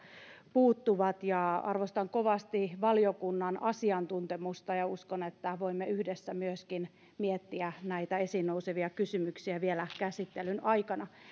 puuttuvat ja arvostan kovasti valiokunnan asiantuntemusta ja uskon että voimme yhdessä myöskin miettiä näitä esiin nousevia kysymyksiä vielä käsittelyn aikana